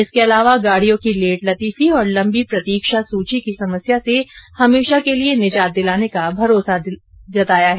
इसके अलावा गाड़ियों की लेटलतीफी और लंबी प्रतीक्षासूची की समस्या से हमेशा के लिए निजात दिलाने का भरोसा जताया है